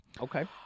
okay